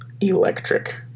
electric